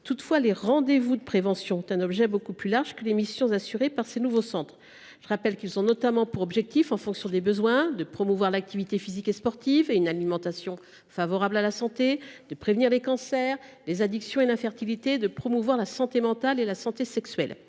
Toutefois, les rendez vous de prévention ont un objet beaucoup plus large que les missions assurées par ces nouveaux centres. Je rappelle qu’ils visent notamment, en fonction des besoins, à promouvoir une activité physique et sportive et une alimentation favorable à la santé, à prévenir les cancers, les addictions et l’infertilité et à promouvoir la santé mentale et la santé sexuelle.